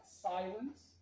silence